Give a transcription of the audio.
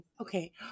Okay